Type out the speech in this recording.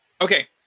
Okay